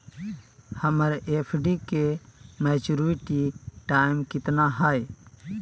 हमर एफ.डी के maturity time कितना है?